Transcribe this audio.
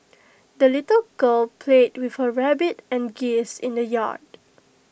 the little girl played with her rabbit and geese in the yard